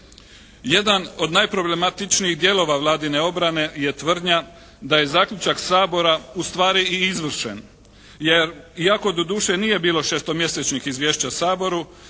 Jedan od najproblematičnijih dijelova Vladine obrane je tvrdnja da je zaključak Sabora ustvari i izvršen jer iako doduše nije bilo 6-mjesečnih izvješća Saboru,